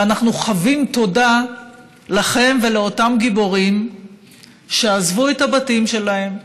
ואנחנו חבים תודה לכם ולאותם גיבורים שעזבו את הבתים שלהם,